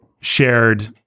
shared